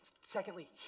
Secondly